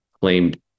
claimed